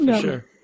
sure